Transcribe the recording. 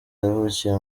yavukiye